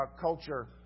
culture